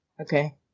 Okay